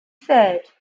feld